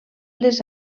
les